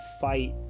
fight